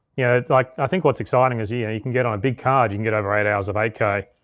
yeah like i think what's exciting is you yeah you can get, on a big card, you can get over eight hours of eight k,